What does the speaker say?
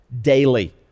daily